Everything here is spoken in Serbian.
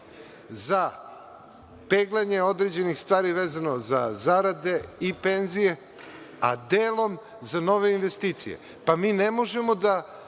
za peglanje određenih stvari vezano za zarade i penzije, a delom za nove investicije. Mi ne možemo da